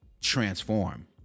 transform